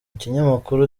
ikinyamakuru